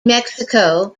mexico